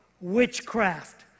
witchcraft